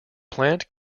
plant